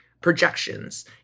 projections